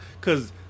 cause